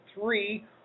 three